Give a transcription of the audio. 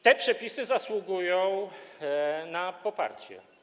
Te przepisy zasługują na poparcie.